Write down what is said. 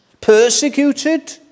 Persecuted